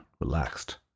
relaxed